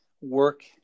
work